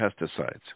pesticides